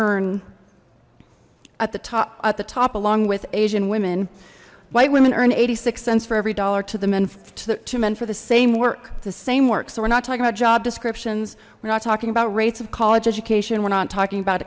earn at the top at the top along with asian women white women earn eighty six cents for every dollar to the men to men for the same work the same work so we're not talking about job descriptions we're not talking about rates of college education we're not talking about